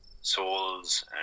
souls